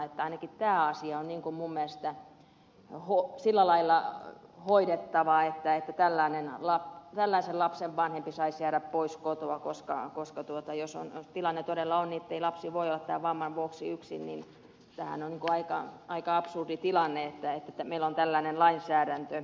ainakin tämä asia on minun mielestäni sillä lailla hoidettava että tällaisen lapsen vanhempi saisi jäädä pois kotoa koska jos tilanne todella on ettei lapsi voi olla tämän vamman vuoksi yksin niin sehän on aika absurdi tilanne että meillä on tällainen lainsäädäntö olemassa